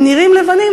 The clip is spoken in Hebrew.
הם נראים לבנים,